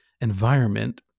environment